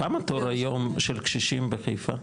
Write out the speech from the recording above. כמה תור היום של קשישים בחיפה?